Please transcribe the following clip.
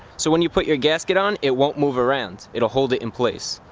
so when you put your gasket on it won't move around it'll hold it in place.